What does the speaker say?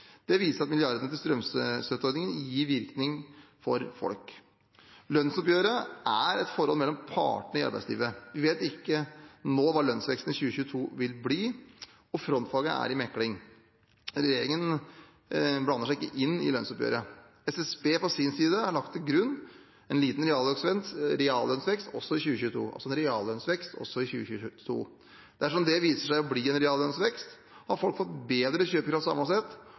Det viser at milliardene til strømstøtteordningen gir virkning for folk. Lønnsoppgjøret er et forhold mellom partene i arbeidslivet. Vi vet ikke nå hva lønnsveksten i 2022 vil bli, og frontfaget er i mekling. Regjeringen blander seg ikke inn i lønnsoppgjøret. SSB på sin side har lagt til grunn en liten reallønnsvekst også i 2022, altså en reallønnsvekst også i 2022. Dersom det viser seg å bli en reallønnsvekst, har folk fått bedre kjøpekraft